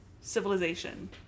civilization